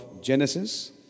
Genesis